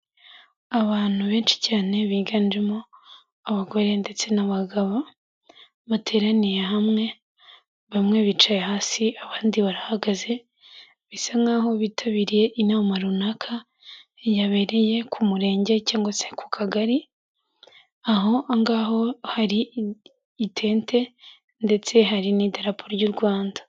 Abantu benshi cyane biganjemo abagore ndetse n'abagabo, bateraniye hamwe, bamwe bicaye hasi, abandi barahagaze bisa nk'aho bitabiriye inama runaka, yabereye ku Murenge cyangwa se ku Kagali. Aho ngaho hari itete ndetse hari n'idarapo ry'u Rwanda.